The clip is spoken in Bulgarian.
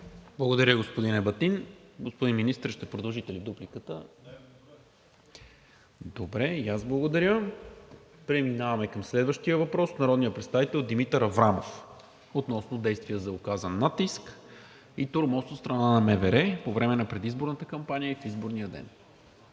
Благодаря, господин Ебатин. Господин Министър, ще продължите ли дупликата? Не. Преминаваме към следващия въпрос от народния представител Димитър Аврамов относно действия за оказан натиск и тормоз от страна на МВР по време на предизборната кампания в изборния ден.